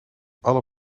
alle